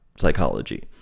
psychology